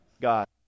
God